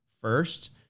first